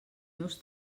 meus